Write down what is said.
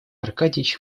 аркадьич